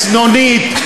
צנונית,